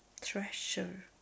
treasure